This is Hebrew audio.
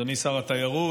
אדוני שר התיירות,